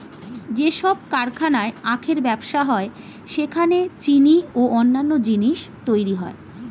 যেসব কারখানায় আখের ব্যবসা হয় সেখানে চিনি ও অন্যান্য জিনিস তৈরি হয়